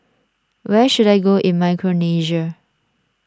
where should I go in Micronesia